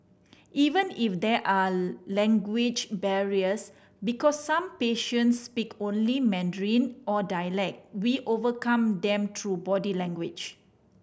even if there are language barriers because some patients speak only Mandarin or dialect we overcome them through body language